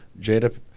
Jada